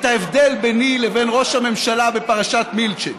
ההבדל ביני לבין ראש הממשלה בפרשת מילצ'ן.